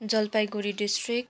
Jalpaiguri district